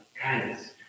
kindness